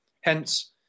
Hence